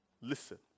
Listen